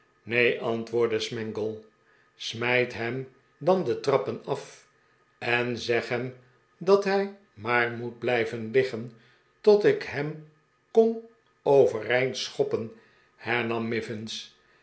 nepn antwoordde smangle smijt hem dan de trap pen af r en zeg hem dat hij maar moet blijven liggen tot ik hem kom overeindschoppen hernam